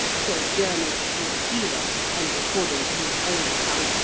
so journeyed to a dealer and, according to his own account,